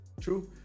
True